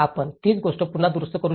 आपण तीच गोष्ट पुन्हा दुरुस्त करू शकतो